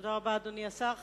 תודה רבה, אדוני השר.